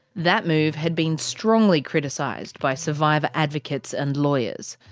that move had been strongly criticised by survivor advocates and lawyers.